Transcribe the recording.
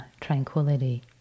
tranquility